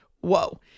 Whoa